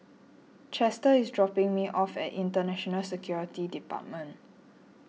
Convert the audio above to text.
Chester is dropping me off at Internal Security Department